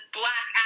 black